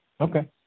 Okay